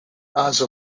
asa